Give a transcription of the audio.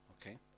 okay